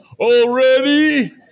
Already